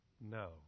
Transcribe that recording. No